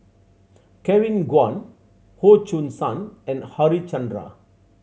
Kevin Kwan Goh Choo San and Harichandra